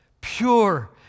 pure